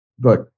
Good